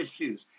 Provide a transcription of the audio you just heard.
issues